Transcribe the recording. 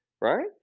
right